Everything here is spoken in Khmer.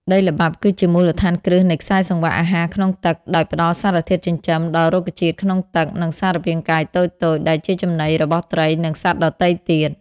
ដីល្បាប់គឺជាមូលដ្ឋានគ្រឹះនៃខ្សែសង្វាក់អាហារក្នុងទឹក ដោយផ្តល់សារធាតុចិញ្ចឹមដល់រុក្ខជាតិក្នុងទឹក និងសារពាង្គកាយតូចៗ ដែលជាចំណីរបស់ត្រី និងសត្វដទៃទៀត។